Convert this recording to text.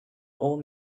old